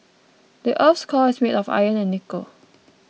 the earth's core is made of iron and nickel